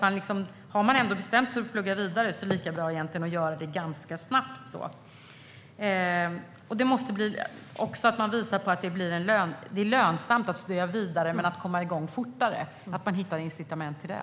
Men har de bestämt sig för att plugga vidare är det egentligen lika bra att göra det ganska snabbt. Man måste visa att det är lönsamt att studera vidare men att det är bra att komma igång fortare. Man måste hitta incitament till det.